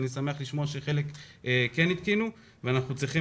אני שמח לשמוע שחלק כן התקינו ואנחנו צריכים